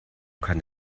kann